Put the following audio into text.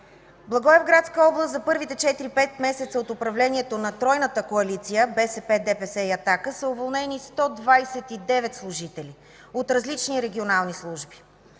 Благоевградска област за първите четири-пет месеца от управлението на тройната коалиция – БСП, ДПС и „Атака”, са уволнени 129 служители от различни регионални служби.